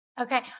Okay